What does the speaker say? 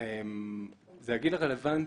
שמי דן רומן,